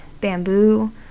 bamboo